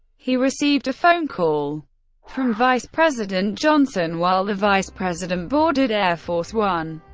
he received a phone call from vice president johnson while the vice president boarded air force one.